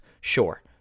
sure